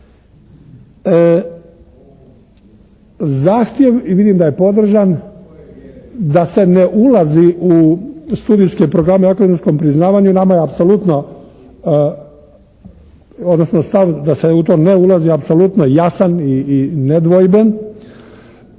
Zahtjev i vidim da je podržan da se ne ulazi u studijske programe akademskom priznavanju, nama je apsolutno odnosno stav da se u tu ne ulazi apsolutno jasan i nedvojben.